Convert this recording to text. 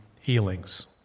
healings